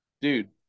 dude